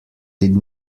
did